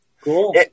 Cool